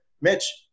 Mitch